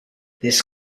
this